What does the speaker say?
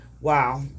Wow